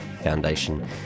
Foundation